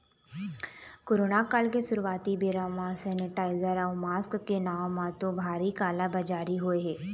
corona काल के शुरुआती बेरा म सेनीटाइजर अउ मास्क के नांव म तो भारी काला बजारी होय हे